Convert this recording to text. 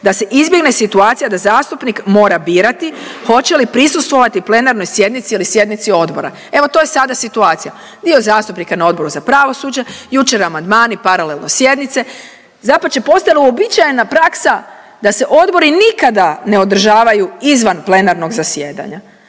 da se izbjegne situacija da zastupnik mora birati hoće li prisustvovati plenarnoj sjednici ili sjednici odbora, evo, to je sada situacija. Dio zastupnika je na Odboru za pravosuđe, jučer amandmani, paralelno sjednice, dapače, postalo je uobičajena praksa da se odbori nikada ne održava izvan plenarnog zasjedanja